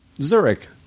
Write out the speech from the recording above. Zurich